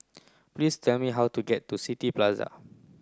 please tell me how to get to City Plaza